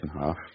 half